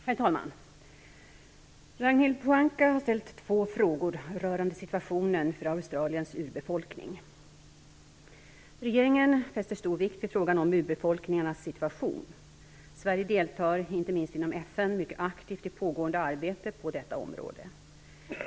Herr talman! Ragnhild Pohanka har ställt två frågor rörande situationen för Australiens urbefolkning. Regeringen fäster stor vikt vid frågan om urbefolkningarnas situation. Sverige deltar, inte minst inom FN, mycket aktivt i pågående arbete på detta område.